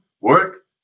work